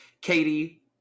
Katie